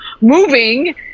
moving